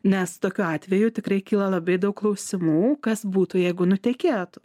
nes tokiu atveju tikrai kyla labai daug klausimų kas būtų jeigu nutekėtų